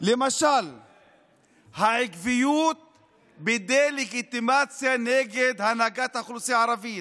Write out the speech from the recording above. למשל העקביות בדה-לגיטימציה של הנהגת האוכלוסייה הערבית.